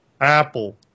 Apple